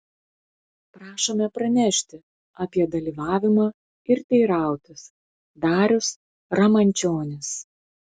prašome pranešti apie dalyvavimą ir teirautis darius ramančionis